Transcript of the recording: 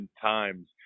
times